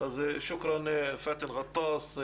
אז תודה, פאתן ג'טאס,